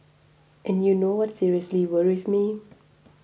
and you know what seriously worries me